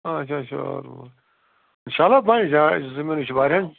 آچھا شالمور چلو بَنہِ جاے زٔمیٖنَے چھُ واریاہ